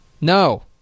No